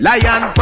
Lion